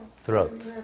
throat